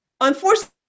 Unfortunately